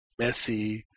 Messi